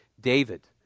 David